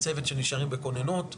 עם צוות שנשארים בכוננות.